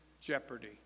jeopardy